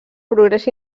progrés